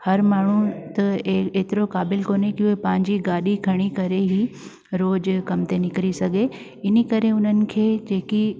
हर माण्हू त ए एतिरो क़ाबिलु कोन्हे की उहो पंहिंजी गाॾी खणी करे ई रोज़ कमु ते निकरी सघे इनी करे उन्हनि खे जेकी